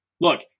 Look